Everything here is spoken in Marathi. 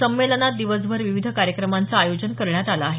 संमेलनात दिवसभर विविध कार्यक्रमांच आयोजन करण्यात आल आहे